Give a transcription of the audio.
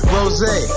Rosé